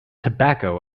tobacco